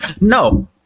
No